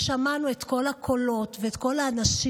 ושמענו את כל הקולות ואת כל האנשים.